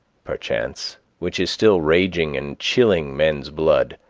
perchance, which is still raging and chilling men's blood,